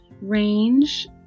range